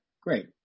great